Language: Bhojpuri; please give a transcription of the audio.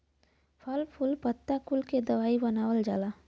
फल फूल पत्ता कुल के दवाई बनावल जाला